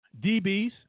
DBs